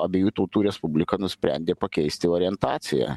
abiejų tautų respublika nusprendė pakeisti orientaciją